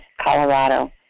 Colorado